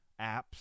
apps